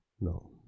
no